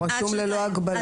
רשום ללא הגבלה.